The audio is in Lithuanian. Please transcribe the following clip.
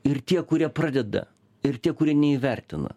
ir tie kurie pradeda ir tie kurie neįvertina